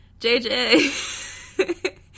JJ